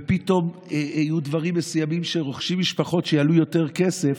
ופתאום יהיו דברים מסוימים שרוכשות משפחות שיעלו יותר כסף,